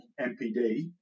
MPD